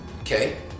okay